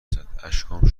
زد، اشکام